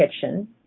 kitchen